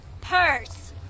purse